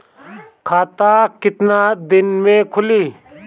खाता कितना दिन में खुलि?